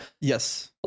yes